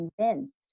convinced